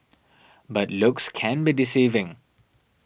but looks can be deceiving